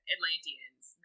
Atlanteans